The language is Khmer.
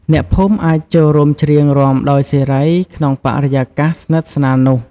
អ្នកភូមិអាចចូលរួមច្រៀងរាំដោយសេរី ក្នុងបរិយាកាសស្និទ្ធស្នាលនោះ។